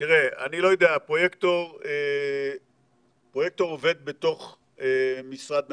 אני לא יודע, פרויקטור עובד בתוך משרד ממשלתי,